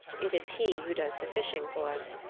it is he who does the fishing for us.